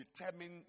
determine